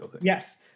Yes